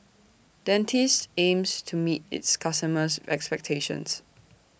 Dentiste aims to meet its customers' expectations